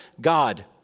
God